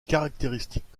caractéristiques